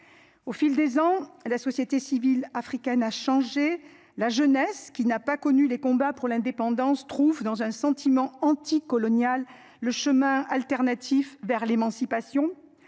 Au fil des ans, la société civile africaine a changé la jeunesse qui n'a pas connu les combats pour l'indépendance trouve dans un sentiment anti-coloniale le chemin alternatif vers l'émancipation